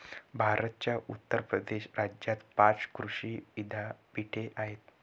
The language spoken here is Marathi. भारताच्या उत्तर प्रदेश राज्यात पाच कृषी विद्यापीठे आहेत